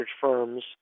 firms